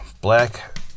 Black